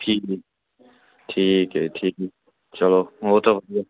ਠੀਕ ਹੈ ਜੀ ਠੀਕ ਹੈ ਜੀ ਠੀਕ ਹੈ ਥੈਂਕ ਯੂ ਚਲੋ ਬਹੁਤ ਵਧੀਆ